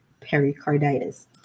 pericarditis